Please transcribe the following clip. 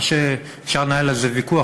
מה שאפשר לנהל עליו ויכוח,